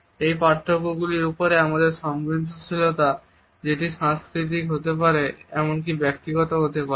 এই পার্থক্য গুলির ওপরে আমাদের সংবিধানশীলতা যেটি সাংস্কৃতিক হতে পারে এমনকি ব্যক্তিগতও হতে পারে